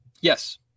Yes